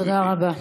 תודה רבה.